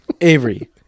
Avery